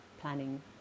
planning